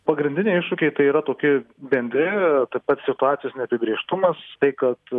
pagrindiniai iššūkiai tai yra tokie bendri tai pats situacijos neapibrėžtumas tai kad